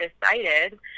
decided